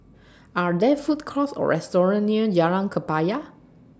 Are There Food Courts Or restaurants near Jalan Kebaya